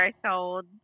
threshold